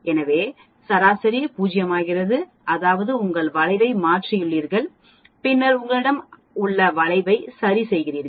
ஆகவே சராசரி 0 ஆகிறது அதாவது உங்கள் வளைவை மாற்றியுள்ளீர்கள் பின்னர் உங்களிடம் உள்ள வளைவை சரிசெய்தது